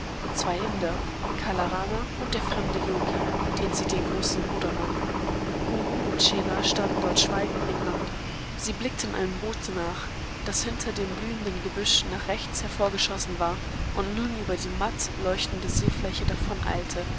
zwei inder kala rama und der fremde yogi den sie den großen bruder nannten guru und chela standen dort schweigend nebeneinander sie blickten einem boote nach das hinter dem blühenden gebüsch nach rechts hervorgeschossen war und nun über die mattleuchtende